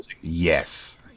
Yes